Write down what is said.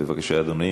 בבקשה, אדוני.